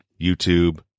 YouTube